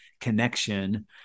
connection